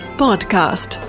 podcast